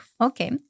Okay